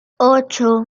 ocho